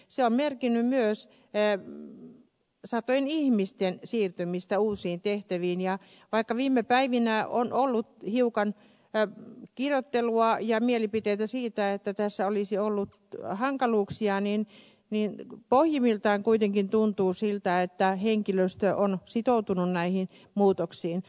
se on merkinnyt myös satojen ihmisten siirtymistä uusiin tehtäviin ja vaikka viime päivinä on ollut hiukan kirjoittelua ja mielipiteitä siitä että tässä olisi ollut hankaluuksia niin pohjimmiltaan kuitenkin tuntuu siltä että henkilöstö on sitoutunut näihin muutoksiin